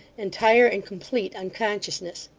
entire and complete unconsciousness.